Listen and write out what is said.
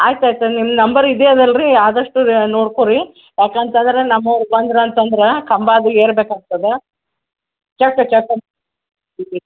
ಆಯ್ತು ಆಯಿತು ನಿಮ್ಮ ನಂಬರ್ ಇದೇ ಅದಲ್ಲ ರೀ ಆದಷ್ಟು ನೋಡ್ಕೊಳಿ ಯಾಕೆ ಅಂತಂದರೆ ನಮ್ಮವ್ರು ಬಂದ್ರು ಅಂತಂದ್ರೆ ಕಂಬ ಅದು ಏರ್ಬೇಕಾಗ್ತದೆ ಕೆಲಸ ಕೆಲಸ